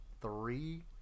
three